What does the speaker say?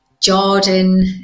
jordan